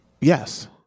Yes